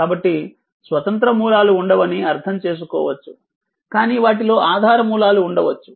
కాబట్టి స్వతంత్ర మూలాలు ఉండవని అర్థం చేసుకోవచ్చు కానీ వాటిలో ఆధార మూలాలు ఉండవచ్చు